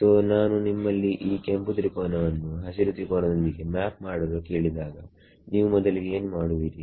so ನಾನು ನಿಮ್ಮಲ್ಲಿ ಈ ಕೆಂಪು ತ್ರಿಕೋನವನ್ನು ಹಸಿರು ತ್ರಿಕೋನದೊಂದಿಗೆ ಮ್ಯಾಪ್ ಮಾಡಲು ಕೇಳಿದಾಗ ನೀವು ಮೊದಲಿಗೆ ಏನು ಮಾಡುವಿರಿ